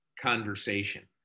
conversation